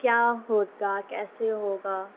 کیا ہوگا کیسے ہوگا